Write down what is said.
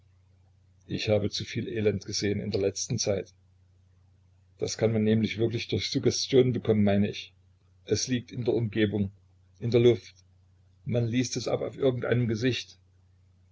ich habe zu viel elend gesehen in der letzten zeit das kann man nämlich wirklich durch suggestion bekommen mein ich es liegt in der umgebung in der luft man liest es ab auf irgend einem gesicht